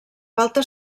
falta